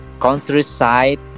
countryside